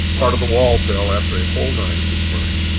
part of the wall fell after a whole night of this burning.